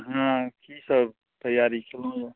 हँ की सब तैयारी केलहुॅंए